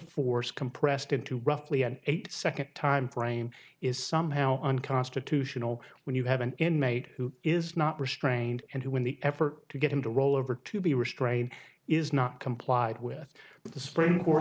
force compressed into roughly an eight second time frame is somehow unconstitutional when you have an inmate who is not restrained and who in the effort to get him to roll over to be restrained is not complied with the spring